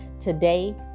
Today